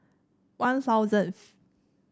One Thousandth